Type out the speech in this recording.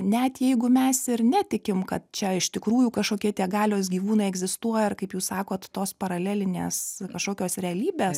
net jeigu mes ir netikim kad čia iš tikrųjų kažkokie tie galios gyvūnai egzistuoja ar kaip jūs sakot tos paralelinės kažkokios realybės